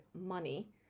money